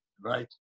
right